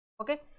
Okay